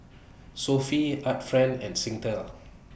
Sofy Art Friend and Singtel